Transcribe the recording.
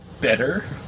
better